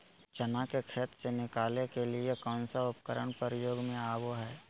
चना के खेत से निकाले के लिए कौन उपकरण के प्रयोग में आबो है?